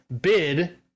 bid